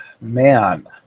man